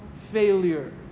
failure